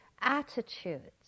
attitudes